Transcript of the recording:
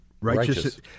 righteous